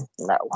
No